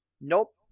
Nope